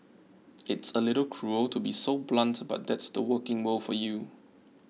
it's a little cruel to be so blunt but that's the working world for you